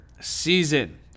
season